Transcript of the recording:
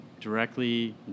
directly